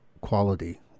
quality